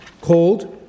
called